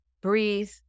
breathe